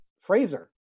Fraser